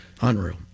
unreal